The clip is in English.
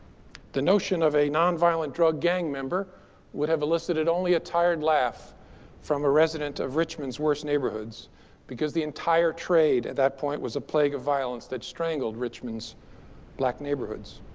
the notion of a nonviolent drug gang member would have elicited only a tired laugh from a resident of richmond's worst neighborhoods because the entire trade, at that point, was a plague of violence that strangled richmond's black neighborhoods,